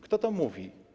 Kto to mówi?